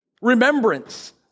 Remembrance